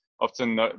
often